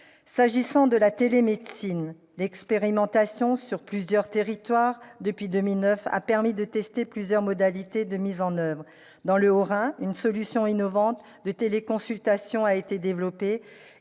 Quant à la télémédecine, l'expérimentation menée dans certains territoires depuis 2009 a permis de tester plusieurs modalités de mise en oeuvre. Dans le Haut-Rhin, une solution innovante de téléconsultation a été développée